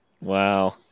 Wow